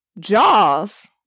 Jaws